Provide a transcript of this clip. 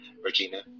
Regina